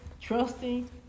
trusting